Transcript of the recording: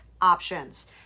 options